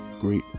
great